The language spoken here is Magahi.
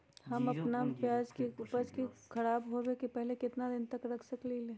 हम अपना प्याज के ऊपज के खराब होबे पहले कितना दिन तक रख सकीं ले?